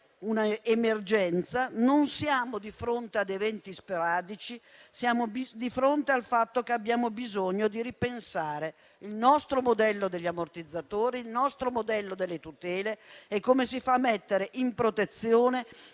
una emergenza, non siamo di fronte ad eventi sporadici, ma siamo di fronte al fatto che abbiamo bisogno di ripensare il nostro modello degli ammortizzatori, il nostro modello delle tutele e come si fa a mettere in protezione,